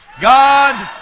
God